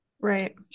Right